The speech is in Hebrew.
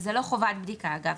זה לא חובת בדיקה אגב,